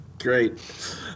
Great